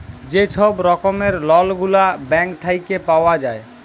যে ছব রকমের লল গুলা ব্যাংক থ্যাইকে পাউয়া যায়